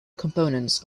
components